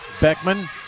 Beckman